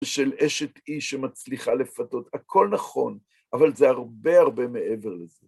של אשת איש שמצליחה לפתות, הכל נכון, אבל זה הרבה הרבה מעבר לזה.